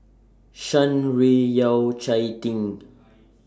Shan Rui Yao Cai